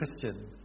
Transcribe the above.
Christian